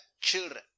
children